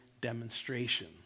demonstration